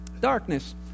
Darkness